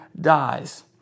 dies